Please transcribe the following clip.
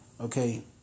Okay